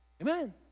Amen